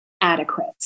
adequate